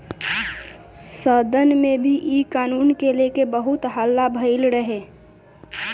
सदन में भी इ कानून के लेके बहुत हल्ला भईल रहे